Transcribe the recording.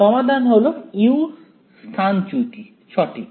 সমাধান হল u স্থানচ্যুতি সঠিক